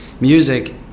music